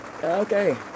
Okay